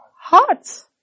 hearts